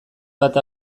bat